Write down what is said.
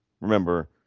remember